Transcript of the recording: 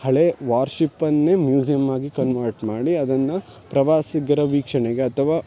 ಹಳೆ ವಾರ್ ಶಿಪ್ಪನ್ನೇ ಮ್ಯೂಸಿಯಮ್ ಆಗಿ ಕನ್ವರ್ಟ್ ಮಾಡಿ ಅದನ್ನು ಪ್ರವಾಸಿಗರ ವೀಕ್ಷಣೆಗೆ ಅಥವಾ